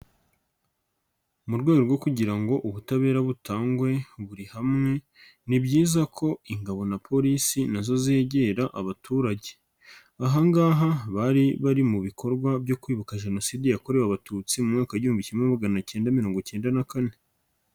Mu rwego rwo kugira ngo ubutabera butangwe buri hamwe ni byiza ko ingabo na polisi na zo zegera abaturage, aha ngaha bari bari mu bikorwa byo kwibuka Jenoside yakorewe Abatutsi mu mwaka w'igihumbi kimwe magana acyenda mirongo icyenda na kane.